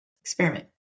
Experiment